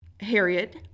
harriet